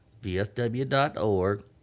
vfw.org